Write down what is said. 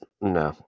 No